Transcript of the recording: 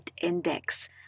Index